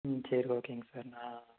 ம் சரி ஓகேங்க சார் நான்